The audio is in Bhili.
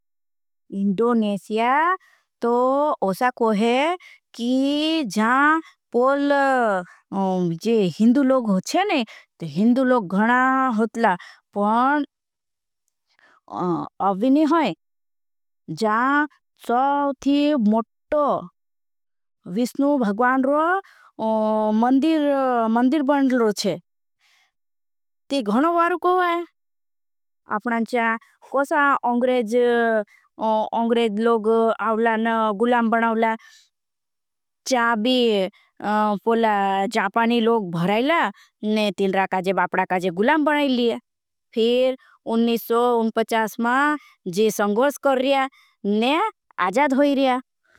इंडोनेशिया तो उसा कोहे कि जान पोल हिंदु लोग होचे। ने तो हिंदु लोग घणा होतला पण अविनी होई जान। चाऊथी मट्टो विश्णू भगवाण रो मंदिर मंदिर बंडल रो छे ती घणा बारू। कोहा है अपनांचा कोसा अंग्रेज लोग आवला न गुलाम बनावला चाबी। पोला जापानी लोग भराईला ने तिल्रा काजे काजे। गुलाम बनाई लिया फिर मां जी संगोर्ष कर रिया ने आजाद हो रिया।